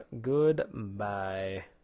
goodbye